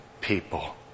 people